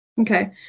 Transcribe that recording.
Okay